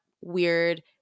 weird